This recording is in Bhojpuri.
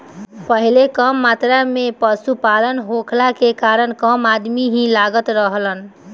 पहिले कम मात्रा में पशुपालन होखला के कारण कम अदमी ही लागत रहलन